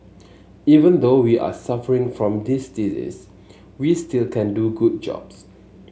even though we are suffering from this disease we still can do good jobs